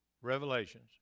Revelations